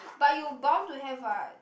but you bound to have what